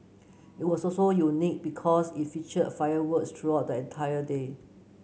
it was also unique because it featured fireworks throughout that entire day